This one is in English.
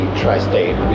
tri-state